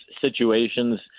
situations